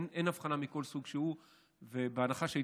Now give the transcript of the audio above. בוודאי אין הבחנה מכל סוג שהוא,